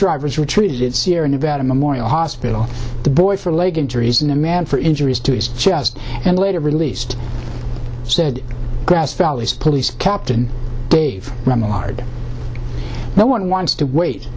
drivers were treated at sierra nevada memorial hospital the boy for leg injuries in a man for injuries to his chest and later released said grass valley police captain dave ramsey hard no one wants to wait